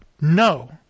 no